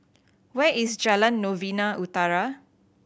where is Jalan Novena Utara